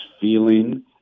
feeling